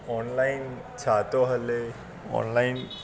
online छा थो हले ऑनलाइन